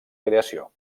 creació